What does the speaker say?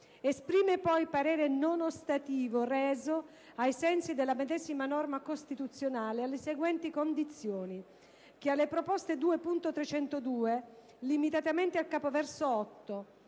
Esprime poi parere non ostativo reso, ai sensi della medesima norma costituzionale, alle seguenti condizioni: - che alle proposte 2.302 (limitatamente al capoverso